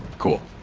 cool